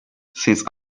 since